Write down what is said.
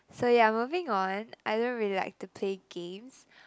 so yeah moving on I don't really like to play games